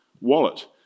wallet